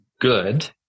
good